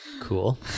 cool